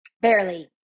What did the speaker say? barely